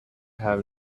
have